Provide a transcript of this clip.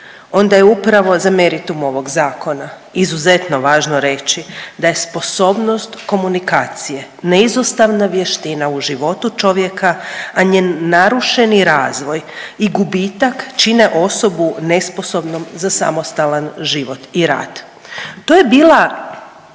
onda je upravo za meritum ovog Zakona izuzetno važno reći da je sposobnost komunikacije neizostavna vještina u životu čovjeka, a njen narušeni razvoj i gubitak čine osobu nesposobnom za samostalan život i rad. To je bila